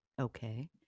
okay